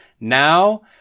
now